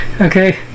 Okay